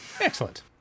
excellent